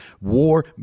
war